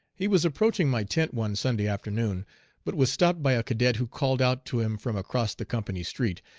he was approaching my tent one sunday afternoon but was stopped by a cadet who called out to him from across the company street,